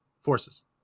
forces